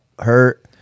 hurt